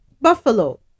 Buffalo